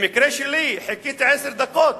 במקרה שלי, חיכיתי עשר דקות